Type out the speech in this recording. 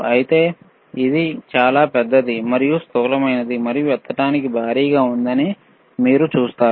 అయితే ఎడమవైపుది చాలా పెద్దది మరియు స్థూలమైనది మరియు ఎత్తడానికి భారీగా ఉందని మీరు చూస్తారు